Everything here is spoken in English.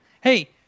hey